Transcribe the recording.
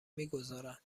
میگذارند